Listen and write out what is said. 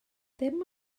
ddim